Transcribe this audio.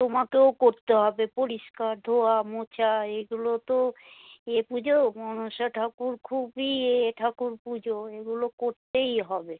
তোমাকেও তো করতে হবে পরিষ্কার ধোয়া মোছা এগুলো তো এ পুজো মনসা ঠাকুর খুবই এ ঠাকুর পুজো এগুলো করতেই হবে